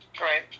Right